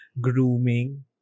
grooming